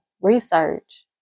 Research